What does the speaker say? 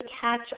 catch